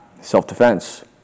self-defense